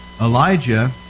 Elijah